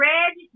Red